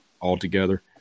altogether